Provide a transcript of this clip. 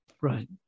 Right